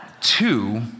Two